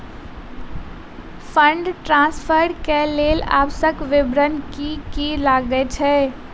Fund transfer केँ लेल आवश्यक विवरण की की लागै छै?